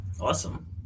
Awesome